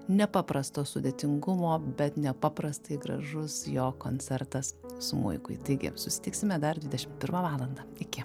nepaprasto sudėtingumo bet nepaprastai gražus jo koncertas smuikui taigi susitiksime dar dvidešimt pirmą valandą iki